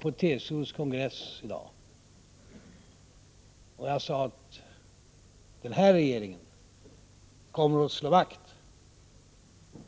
På TCO:s kongress i dag sade jag: Den här regeringen kommer att slå vakt